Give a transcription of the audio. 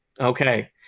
Okay